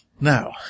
Now